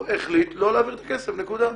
הוא החליט לא להעביר את הכסף, נקודה.